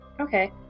okay